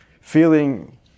feeling